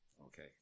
okay